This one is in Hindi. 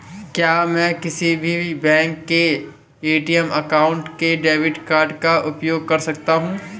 क्या मैं किसी भी बैंक के ए.टी.एम काउंटर में डेबिट कार्ड का उपयोग कर सकता हूं?